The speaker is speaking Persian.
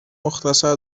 مختصر